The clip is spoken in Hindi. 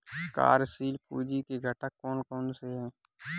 कार्यशील पूंजी के घटक कौन कौन से हैं?